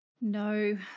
No